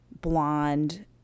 blonde